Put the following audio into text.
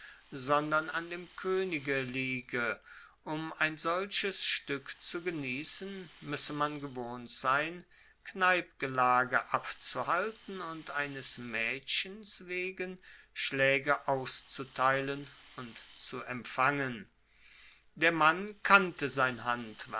sondern an dem koenige liege um ein solches stueck zu geniessen muesse man gewohnt sein kneipgelage abzuhalten und eines maedchens wegen schlaege auszuteilen und zu empfangen der mann kannte sein